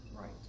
Right